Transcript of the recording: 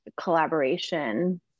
collaboration